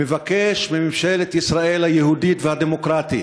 מבקש מממשלת ישראל היהודית והדמוקרטית